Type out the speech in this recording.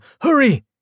hurry